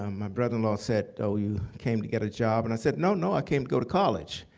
um my brother-in-law said, oh, you came to get a job? and i said, no, no, i came to go to college.